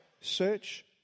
search